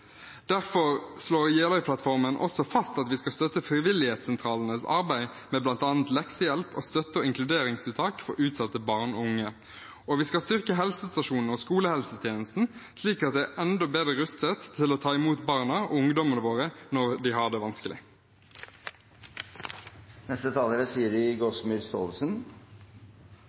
Derfor slår Jeløya-plattformen også fast at vi skal støtte frivillighetssentralenes arbeid med bl.a. leksehjelp og støtte- og inkluderingstiltak for utsatte barn og unge. Vi skal også styrke helsestasjonene og skolehelsetjenesten, slik at de er enda bedre rustet til å ta imot barna og ungdommene våre når de har det